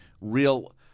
real